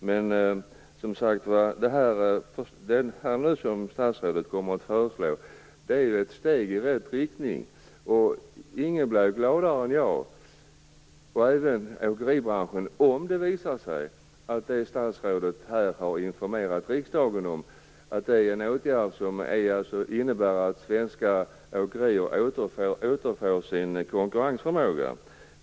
Men det som statsrådet nu kommer att föreslå är ett steg i rätt riktning, och ingen blir gladare än jag och åkeribranschen om det visar sig att det statsrådet här har informerat riksdagen om är en åtgärd som innebär att svenska åkerier återfår sin konkurrensförmåga.